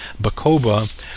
Bacoba